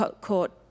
court